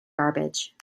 garbage